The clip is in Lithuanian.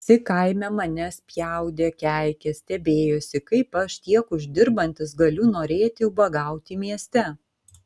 visi kaime mane spjaudė keikė stebėjosi kaip aš tiek uždirbantis galiu norėti ubagauti mieste